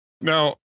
Now